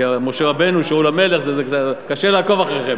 משה רבנו, שאול המלך, קשה לעקוב אחריכם.